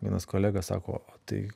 vienas kolega sako o tai